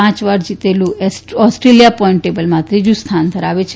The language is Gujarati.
પાંચવાર જીતેલું ઓસ્ટ્રેલિયા પોઈન્ટ ટેબલમાં બીજુ સ્થાન ધરાવે છે